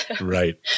Right